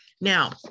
Now